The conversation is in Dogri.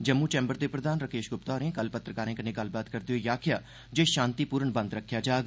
जम्मू चैंबर दे प्रधान राकेश ग्प्ता होरें कल पत्रकारें कन्नै गल्लबात करदे होई आक्खेया जे शांतिपूर्ण बंद रक्खेया जाग